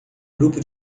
grupo